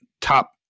top